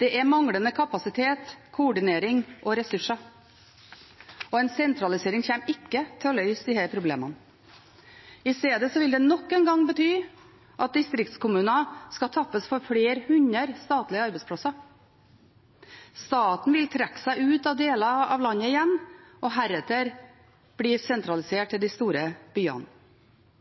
det er manglende kapasitet, koordinering og ressurser. Sentralisering kommer ikke til å løse disse problemene. I stedet vil det nok en gang bety at distriktskommuner skal tappes for flere hundre statlige arbeidsplasser. Staten vil igjen trekke seg ut av deler av landet og heretter bli sentralisert til de store byene.